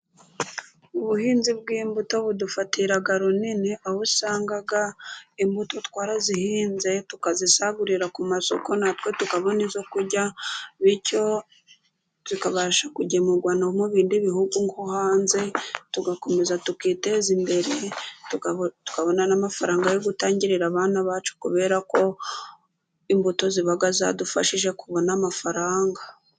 Ubuhinzi bw'imbuto budufatira runini, aho usanga imbuto twarazihinze tukazisagurira ku masoko, natwe tukabona izo kurya, bityo zikabasha ku kugemurwa mu bindi bihugu nko hanze, tugakomeza tukiteza imbere, tukabona n'amafaranga yo gutangirira abana bacu, kubera ko imbuto ziba zadufashije kubona amafaranga.